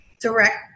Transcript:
direct